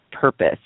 purpose